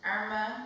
Irma